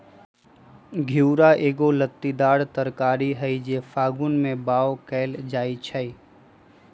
घिउरा एगो लत्तीदार तरकारी हई जे फागुन में बाओ कएल जाइ छइ